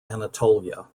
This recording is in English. anatolia